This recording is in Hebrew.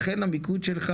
ולכן המיקוד שלך